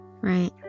Right